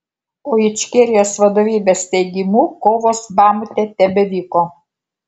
o ičkerijos vadovybės teigimu kovos bamute tebevyko